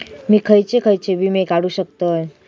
मी खयचे खयचे विमे काढू शकतय?